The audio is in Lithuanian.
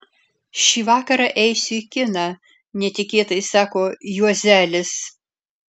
šį vakarą eisiu į kiną netikėtai sako juozelis